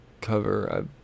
cover